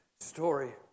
story